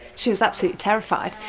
she was absolutely terrified.